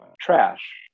trash